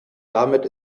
damit